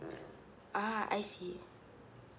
ah I see